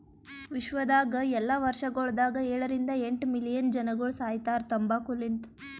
ವಿಶ್ವದಾಗ್ ಎಲ್ಲಾ ವರ್ಷಗೊಳದಾಗ ಏಳ ರಿಂದ ಎಂಟ್ ಮಿಲಿಯನ್ ಜನಗೊಳ್ ಸಾಯಿತಾರ್ ತಂಬಾಕು ಲಿಂತ್